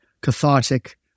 cathartic